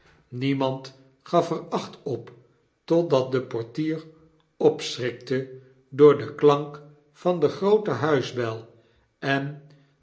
niemand faf er acht op totdat de portier opschrikte oor den klank van de groote huisbel en